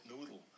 noodle